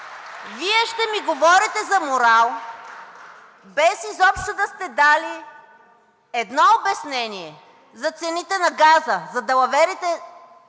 Вие ще ми говорите за морал, без изобщо да сте дали едно обяснение за цените на газа, за далаверите